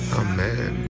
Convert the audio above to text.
Amen